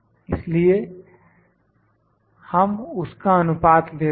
इसलिए हम उसका अनुपात लेते हैं